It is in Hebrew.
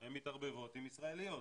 הן מתערבבות עם ישראליות.